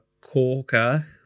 corker